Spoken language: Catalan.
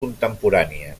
contemporània